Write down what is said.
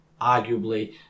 arguably